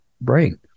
brain